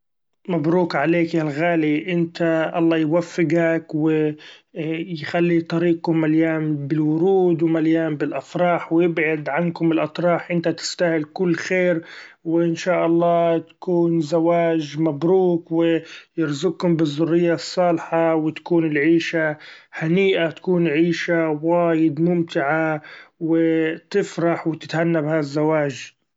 مبروك عليك يا الغالي إنت الله يوفقك و يخلي طريقكم مليإن بالورود ومليإن بالافراح ويبعد عنكم الاطراح ، إنت تستاهل كل خير وإن شاء الله تكون زواچ مبروك ، ويرزقكم بالذرية الصالحة ، وتكون العيشة هنيئة تكون عيشة وايد ممتعة ، و تفرح وتتهنى بها الزواچ.